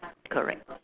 correct